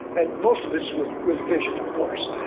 and most of it's with with vision, of course.